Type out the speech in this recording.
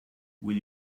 will